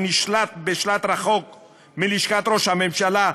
שנשלט בשלט רחוק מלשכת ראש הממשלה,